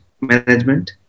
management